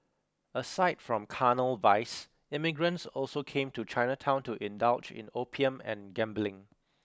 aside from carnal vice immigrants also came to Chinatown to indulge in opium and gambling